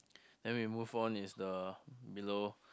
then we move on is the below